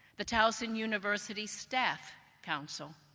the towson university staff counsel,